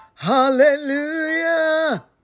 Hallelujah